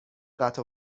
قطع